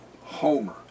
Homer